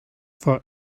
for